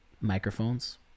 Microphones